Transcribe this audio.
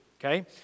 okay